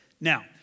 Now